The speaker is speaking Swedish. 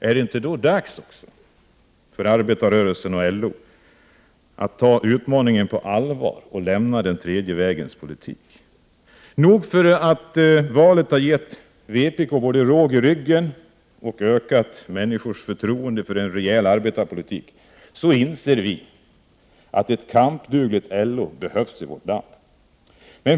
Är det då inte dags för arbetarrörelsen och LO att ta den utmaningen på allvar och lämna den tredje vägens politik? Nog för att valet både har gett vpk råg i ryggen och ökat människors förtroende för en rejäl arbetarpolitik, men vi inser att ett kampdugligt LO behövs i vårt land.